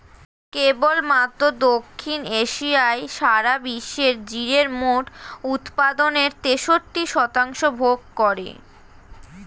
কেবলমাত্র দক্ষিণ এশিয়াই সারা বিশ্বের জিরের মোট উৎপাদনের তেষট্টি শতাংশ ভোগ করে